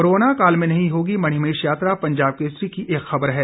corona काल में नहीं होगी मणिमहेश यात्रा पंजाब केसरी की एक खबर है